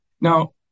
Now